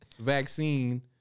vaccine